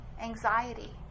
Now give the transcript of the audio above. anxiety